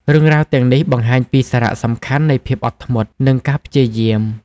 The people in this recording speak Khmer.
រឿងរ៉ាវទាំងនេះបង្ហាញពីសារៈសំខាន់នៃភាពអត់ធ្មត់ និងការព្យាយាម។